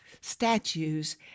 statues